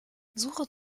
suche